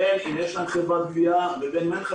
בין אם יש להם חברת גבייה ובין אם אין.